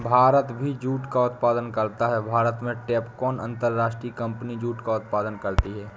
भारत भी जूट का उत्पादन करता है भारत में टैपकॉन अंतरराष्ट्रीय कंपनी जूट का उत्पादन करती है